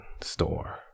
store